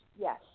yes